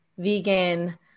vegan